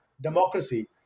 democracy